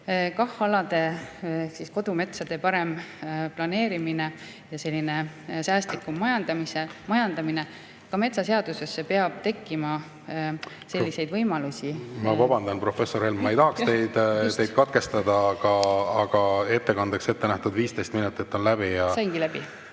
KAH-alade ehk kodumetsade parem planeerimine ja säästlikum majandamine. Ka metsaseadusesse peab tekkima selliseid võimalusi. Ma vabandan, professor Helm, ma ei tahaks teid katkestada, aga ettekandeks ette nähtud 15 minutit on läbi ja …